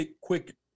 quick